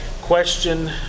question